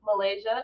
malaysia